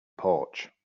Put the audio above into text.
porch